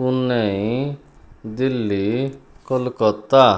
Pune Delhi Kolkata